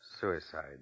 Suicide